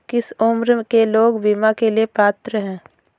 किस उम्र के लोग बीमा के लिए पात्र हैं?